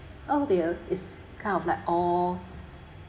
oh they're is kind of like all